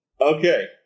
Okay